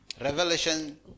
Revelation